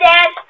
Dad